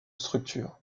structures